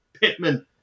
Pittman